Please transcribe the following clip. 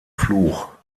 fluch